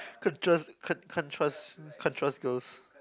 can't just can't can't trust can't trust girls